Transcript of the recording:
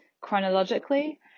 chronologically